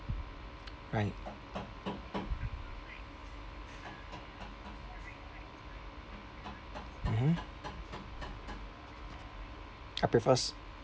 right mmhmm I prefers